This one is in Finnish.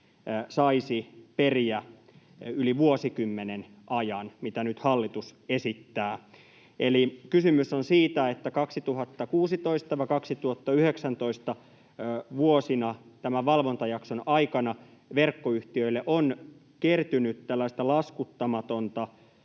saisi periä yli vuosikymmenen ajan, mitä nyt hallitus esittää. Eli kysymys on siitä, että vuosina 2016—2019, tämän valvontajakson aikana, verkkoyhtiöille on kertynyt tällaista laskuttamatonta